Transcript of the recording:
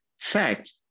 fact